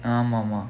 ஆமா ஆமா:aamaa aamaa